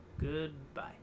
Goodbye